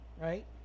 right